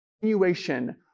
continuation